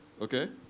Okay